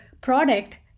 product